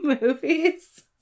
movies